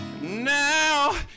Now